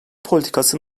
politikası